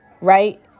right